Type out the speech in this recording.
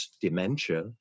dementia